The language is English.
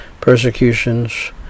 persecutions